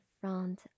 front